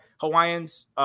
Hawaiians